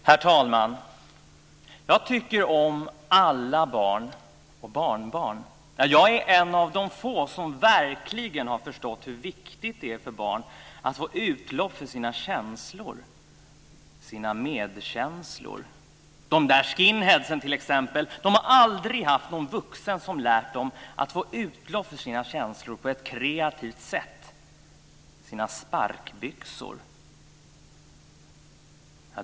Herr talman! Jag tycker om alla barn. Och barnbarn. Jag är en av de få som verkligen har förstått hur viktigt det är för barn att få utlopp för sina känslor. Sina medkänslor. De där skinheadsen, t.ex. De har aldrig haft någon vuxen som har lärt dem att få utlopp för sina känslor. På ett kreativt sätt. Sina sparkbyxor.